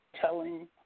telling